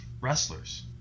wrestlers